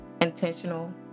intentional